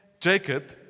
Jacob